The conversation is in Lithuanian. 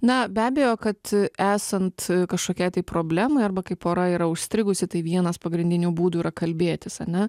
na be abejo kad esant kažkokiai tai problemai arba kai pora yra užstrigusi tai vienas pagrindinių būdų yra kalbėtis ane